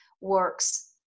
works